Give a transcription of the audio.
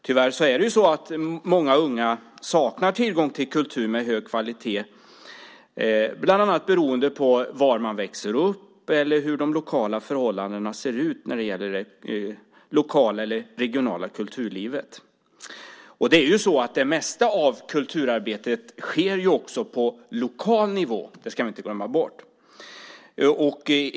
Tyvärr saknar många unga tillgång till kultur med hög kvalitet, bland annat beroende på var man växer upp eller förhållandena i det lokala eller regionala kulturlivet. Det mesta av kulturarbetet sker på lokal nivå, det ska vi inte glömma bort.